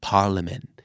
Parliament